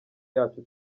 yacu